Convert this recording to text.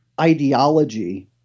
ideology